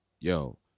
yo